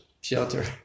shelter